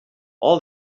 all